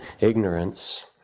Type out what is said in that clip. ignorance